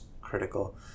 critical